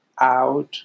out